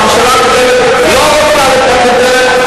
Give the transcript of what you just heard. הממשלה הקודמת לא רצתה לתת את זה,